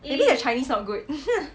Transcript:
maybe their chinese not good